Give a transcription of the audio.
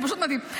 זה פשוט מדהים.